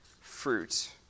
fruit